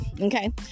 Okay